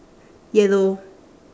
yellow